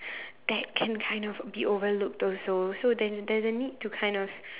that can kind of be overlooked also so then there's a need to kind of